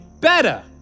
better